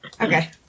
Okay